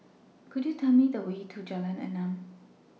Could YOU Tell Me The Way to Jalan Enam